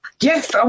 Yes